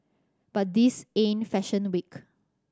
but this ain't fashion week